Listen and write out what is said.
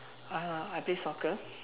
uh I play soccer